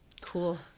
cool